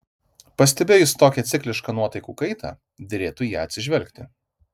pastebėjus tokią ciklišką nuotaikų kaitą derėtų į ją atsižvelgti